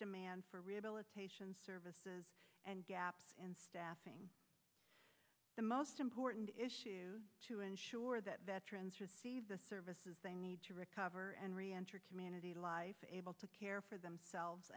demand for rehabilitation services and gaps in staffing the most important issues to a sure that veterans receive the services they need to recover and re entered community life able to care for themselves